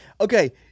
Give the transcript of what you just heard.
Okay